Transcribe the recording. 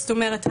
זאת אומרת,